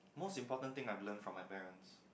most important thing I've learn from my parents